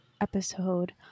episode